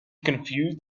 confused